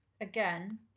again